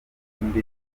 burundi